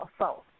assault